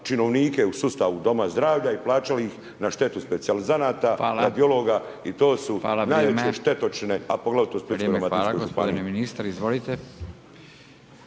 činovnike u sustavu doma zdravlja i plaćali ih na štetu specijalizanata, radiologa i to su najveće štetočine,